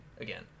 again